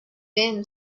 been